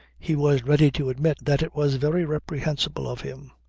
he was ready to admit that it was very reprehensible of him.